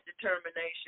determination